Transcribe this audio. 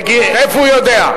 מאיפה הוא יודע.